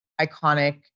iconic